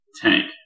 tank